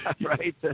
Right